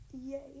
yay